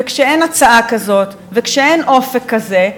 וכשאין הצעה כזאת וכשאין אופק כזה,